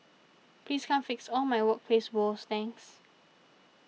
please come fix all my workplace woes thanks